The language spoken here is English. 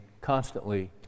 constantly